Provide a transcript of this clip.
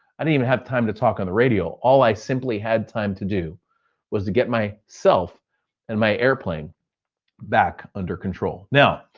and even have time to talk on the radio. all i simply had time to do was to get so myself and my airplane back under control. now,